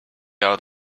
out